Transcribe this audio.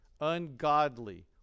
ungodly